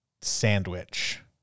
sandwich